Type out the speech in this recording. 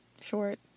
short